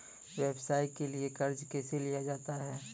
व्यवसाय के लिए कर्जा कैसे लिया जाता हैं?